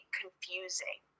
confusing